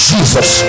Jesus